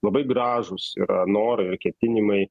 labai gražūs yra norai ketinimai